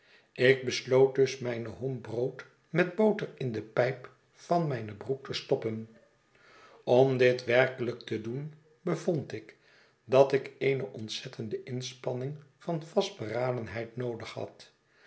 ik besloot dus mijne homp brood met boter in de pijp van mijne broek te stoppen om dit werkelijk te doen bevond ik dat ik eerie ontzettende inspanning van vastberadenheid noodig had